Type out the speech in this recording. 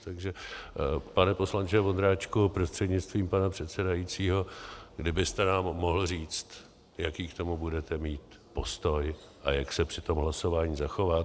Takže pane poslanče Vondráčku prostřednictvím pana předsedajícího, kdybyste nám mohl říct, jaký k tomu budete mít postoj a jak se při tom hlasování zachováte.